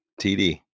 TD